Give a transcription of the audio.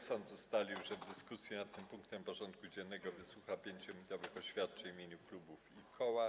Sejm ustalił, że w dyskusji nad tym punktem porządku dziennego wysłucha 5-minutowych oświadczeń w imieniu klubów i koła.